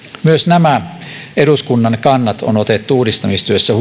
myös nämä eduskunnan kannat on otettu uudistamistyössä